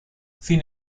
sin